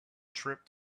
trip